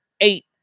eight